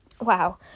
Wow